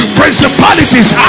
principalities